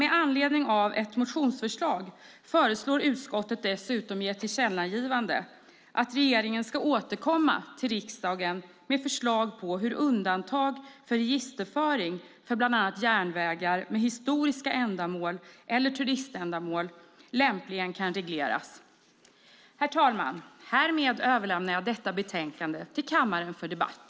Med anledning av ett motionsförslag föreslår utskottet dessutom i ett tillkännagivande att regeringen ska återkomma till riksdagen med förslag på hur undantag för registerföring för bland annat järnvägar med historiska ändamål eller turiständamål lämpligen kan regleras. Herr talman! Härmed överlämnar jag detta betänkande till kammaren för debatt.